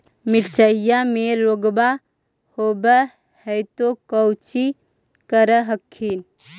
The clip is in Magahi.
मिर्चया मे रोग्बा होब है तो कौची कर हखिन?